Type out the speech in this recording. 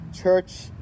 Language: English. Church